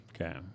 okay